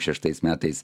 šeštais metais